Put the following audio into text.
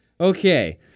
Okay